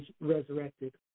resurrected